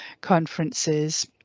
conferences